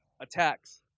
attacks